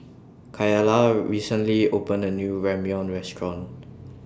Kayla recently opened A New Ramyeon Restaurant